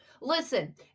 Listen